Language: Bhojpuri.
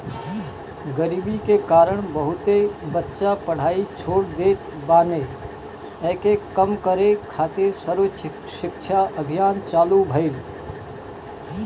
गरीबी के कारण बहुते बच्चा पढ़ाई छोड़ देत बाने, एके कम करे खातिर सर्व शिक्षा अभियान चालु भईल